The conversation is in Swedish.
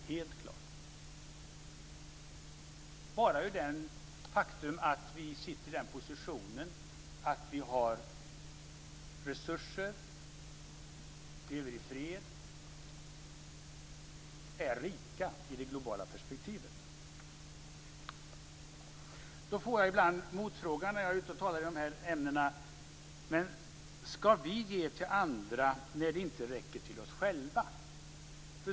Det är helt klart bara genom det faktum att vi har resurser, lever i fred och är rika i det globala perspektivet. Jag får ibland en motfråga när jag talar om dessa ämnen. Ska vi ge till andra när det inte räcker till oss själva?